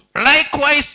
Likewise